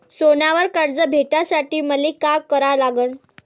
सोन्यावर कर्ज भेटासाठी मले का करा लागन?